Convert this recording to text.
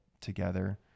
together